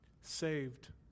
saved